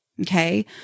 Okay